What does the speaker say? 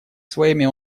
своими